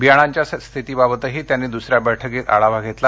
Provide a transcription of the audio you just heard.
बियाण्यांच्या स्थितबाबतही त्यांनी दुसऱ्या बैठकीत आढावा घेतला